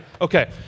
okay